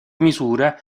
misura